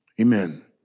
Amen